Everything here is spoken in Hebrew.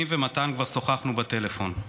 אני ומתן כבר שוחחנו בטלפון.